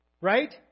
right